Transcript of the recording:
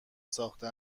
ساخته